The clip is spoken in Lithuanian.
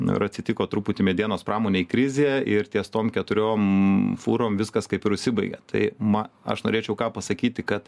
nu ir atsitiko truputį medienos pramonei krizė ir ties tom keturiom fūrom viskas kaip ir užsibaigia tai ma aš norėčiau ką pasakyti kad